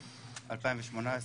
2020-2018,